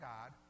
God